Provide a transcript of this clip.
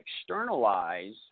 externalize